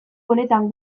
honetan